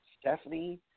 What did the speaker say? Stephanie